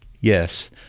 Yes